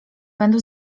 będą